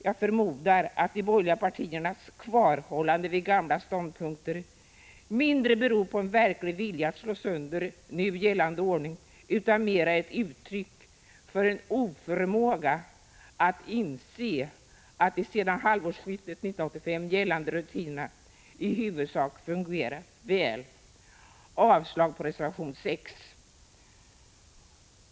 Jag förmodar att de borgerliga partiernas kvarhållande vid gamla ståndpunkter inte så mycket beror på en verklig vilja att slå sönder nu gällande ordning utan mera är ett uttryck för en oförmåga att inse att de sedan halvårsskiftet 1985 gällande rutinerna i huvudsak fungerat väl. Jag yrkar avslag på reservation 6.